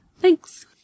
Thanks